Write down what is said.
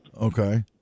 Okay